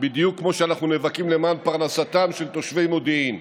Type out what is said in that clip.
בדיוק כמו שאנחנו נאבקים למען פרנסתם של תושבי מודיעין.